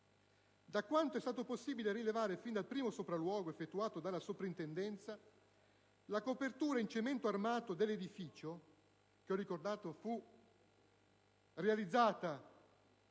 Da quanto è stato possibile rilevare fin dal primo sopralluogo effettuato dalla soprintendenza dopo il crollo, la copertura in cemento armato dell'edificio - che come ho ricordato fu realizzata